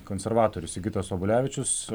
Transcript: konservatorius sigitas obelevičius